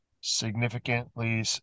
significantly